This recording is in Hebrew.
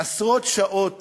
עשרות שעות